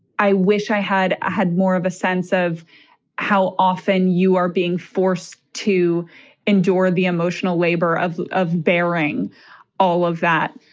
i wish i had had more of a sense of how often you are being forced to endure the emotional labor of of bearing all of that,